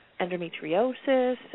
endometriosis